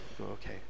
okay